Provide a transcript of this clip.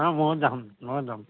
অঁ ময়ো যাম ময়ো যাম